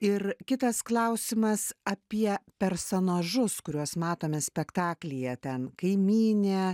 ir kitas klausimas apie personažus kuriuos matome spektaklyje ten kaimynė